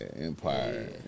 Empire